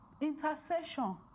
intercession